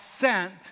sent